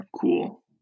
Cool